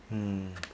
mm